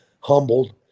humbled